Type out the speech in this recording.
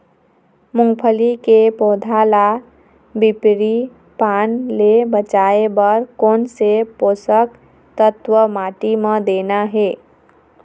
मुंगफली के पौधा ला पिवरी पान ले बचाए बर कोन से पोषक तत्व माटी म देना हे?